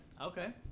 Okay